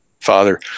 father